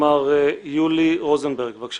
מר יולי רוזנברג, בבקשה.